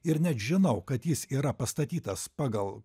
ir net žinau kad jis yra pastatytas pagal